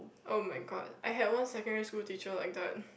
oh-my-god I had one secondary school teacher like that